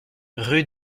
rue